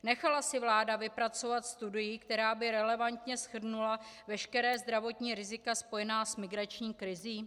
Nechala si vláda vypracovat studii, která by relevantně shrnula veškerá zdravotní rizika spojená s migrační krizí?